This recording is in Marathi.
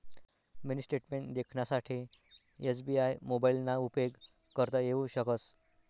मिनी स्टेटमेंट देखानासाठे एस.बी.आय मोबाइलना उपेग करता येऊ शकस